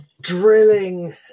drilling